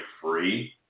free